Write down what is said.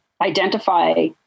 identify